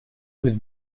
with